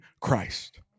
Christ